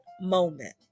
moment